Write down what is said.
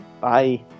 Bye